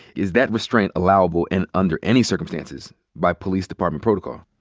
is that restraint allowable and under any circumstances by police department protocol?